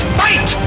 fight